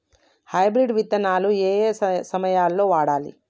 Hybrid విత్తనాలు ఏయే సమయాల్లో వాడాలి?